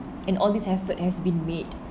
and all this effort has been made